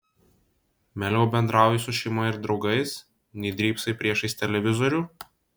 mieliau bendrauji su šeima ir draugais nei drybsai priešais televizorių